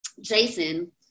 Jason